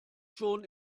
schon